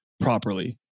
properly